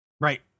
right